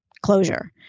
closure